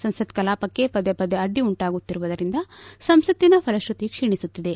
ಸಂಸತ್ ಕಲಾಪಕ್ಕೆ ಪದೇ ಪದೇ ಅಡ್ಡಿ ಉಂಟಾಗುತ್ತಿರುವುದರಿಂದ ಸಂಸತ್ತಿನ ಫಲಶ್ರುತಿ ಕ್ಷೀಣಿಸುತ್ತಿದೆ